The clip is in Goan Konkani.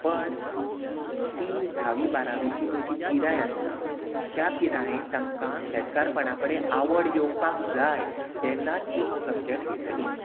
पण ती धावी बारावीची पय जी पिराय आसता त्या पिरायेन तांकां शेतकारपणा कडेन आवड येवपाक जाय तेन्नाच तीं हो सब्जॅक्ट घेतलीं